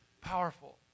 powerful